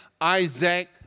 Isaac